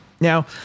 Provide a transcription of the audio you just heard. Now